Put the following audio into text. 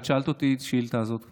את שאלת אותי את השאילתה הזאת כבר,